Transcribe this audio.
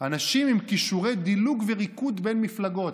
אנשים עם כישורי דילוג וריקוד בין מפלגות.